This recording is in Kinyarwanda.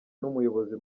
n’umuyobozi